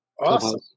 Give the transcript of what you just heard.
Awesome